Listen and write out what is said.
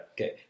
Okay